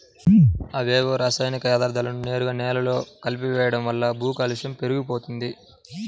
అవేవో రసాయనిక యర్థాలను నేరుగా నేలలో కలిపెయ్యడం వల్ల భూకాలుష్యం పెరిగిపోతంది